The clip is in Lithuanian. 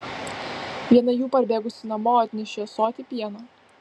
viena jų parbėgusi namo atnešė ąsotį pieno